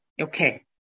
Okay